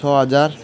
छ हजार